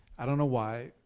i don't know why,